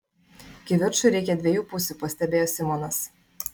kivirčui reikia dviejų pusių pastebėjo simonas